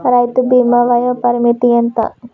రైతు బీమా వయోపరిమితి ఎంత?